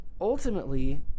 ultimately